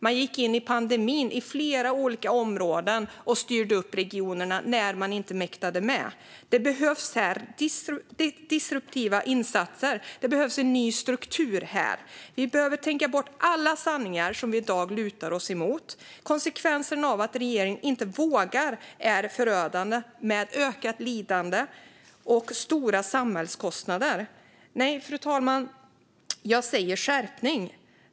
Under pandemin gick man in i flera olika områden och styrde upp regionerna när de inte mäktade med. Det behövs disruptiva insatser här, och det behövs en ny struktur. Vi behöver tänka bort alla sanningar vi i dag lutar oss emot. Konsekvensen av att regeringen inte vågar är förödande och innebär ökat lidande och stora samhällskostnader. Nej, fru talman, jag säger: Skärpning!